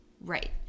Right